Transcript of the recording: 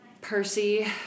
Percy